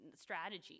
strategy